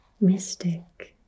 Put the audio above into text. mystic